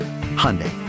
Hyundai